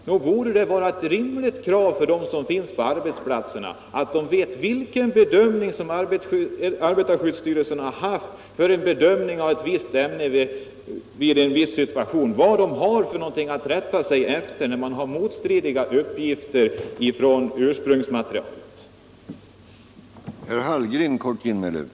Nog är det ett rimligt krav från dem som finns på arbetsplatserna att få veta vilken bedömning arbetarskyddsstyrelsen tillämpat för visst ämne i en viss situation och vad de har att rätta sig efter då uppgifterna från ursprungsmaterialet är motstridiga.